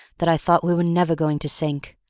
that i thought we were never going to sink.